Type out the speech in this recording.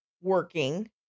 working